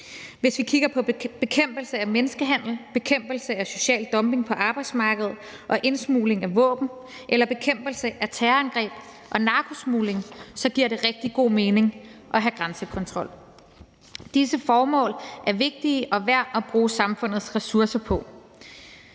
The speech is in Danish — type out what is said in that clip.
Hvis vi kigger på bekæmpelse af menneskehandel, bekæmpelse af social dumping på arbejdsmarkedet og indsmugling af våben eller bekæmpelse af terrorangreb og narkosmugling, giver det rigtig god mening at have grænsekontrol. Disse formål er vigtige og værd at bruge samfundets ressourcer på.